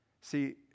See